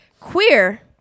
Queer